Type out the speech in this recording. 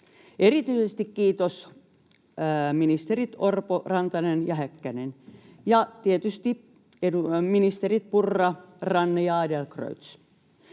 Erityisesti kiitos ministerit Orpo, Rantanen ja Häkkänen, ja tietysti ministerit Purra, Ranne ja Adlercreutz.